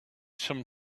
some